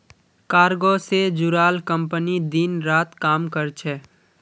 cargo से जुड़ाल company दिन रात काम कर छे